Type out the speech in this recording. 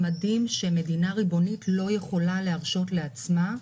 ממדים שמדינה ריבונית לא יכולה להרשות לעצמה,